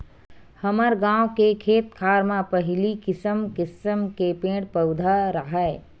हमर गाँव के खेत खार म पहिली किसम किसम के पेड़ पउधा राहय